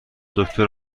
دکتر